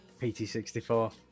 pt64